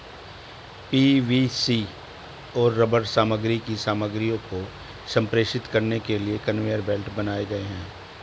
PVC और rubber सामग्री की सामग्रियों को संप्रेषित करने के लिए कन्वेयर बेल्ट बनाए गए हैं